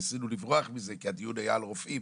כשניסינו לברוח מזה כי הדיון היה על רופאים